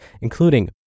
including